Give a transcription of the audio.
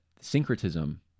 syncretism